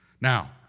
Now